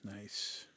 Nice